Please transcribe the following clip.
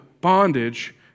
bondage